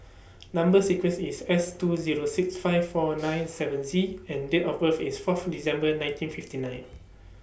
Number sequence IS S two Zero six five four nine seven Z and Date of birth IS Fourth December nineteen fifty nine